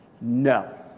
No